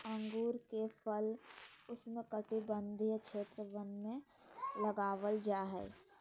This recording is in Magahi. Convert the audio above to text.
अंगूर के फल उष्णकटिबंधीय क्षेत्र वन में उगाबल जा हइ